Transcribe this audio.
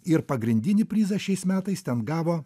ir pagrindinį prizą šiais metais ten gavo